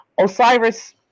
Osiris